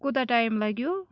کوٗتاہ ٹایِم لَگیِو